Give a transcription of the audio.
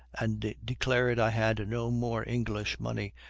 and declared i had no more english money,